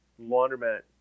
laundromat